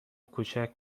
کوچک